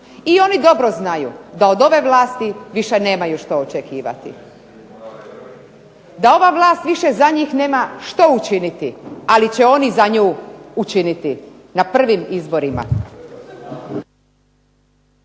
I oni dobro znaju da od ove vlasti više nemaju što očekivati, da ova vlast više za njih nema što učiniti ali će oni za nju učiniti na prvim izborima.